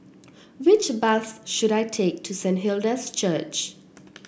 which bus should I take to Saint Hilda's Church